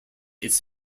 its